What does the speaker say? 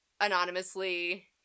anonymously